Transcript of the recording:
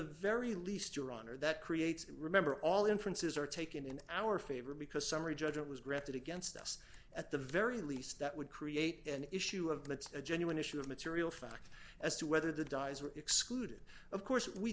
very least your honor that creates remember all inferences are taken in our favor because summary judgment was granted against us at the very least that would create an issue of that's a genuine issue of material fact as to whether the dyes were excluded of course we